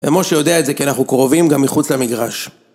ומשה יודע את זה כי אנחנו קרובים גם מחוץ למגרש